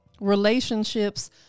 relationships